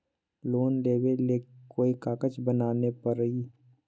Loan लेबे ले कोई कागज बनाने परी?